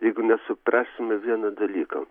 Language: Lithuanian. jeigu nesuprasime vieno dalyko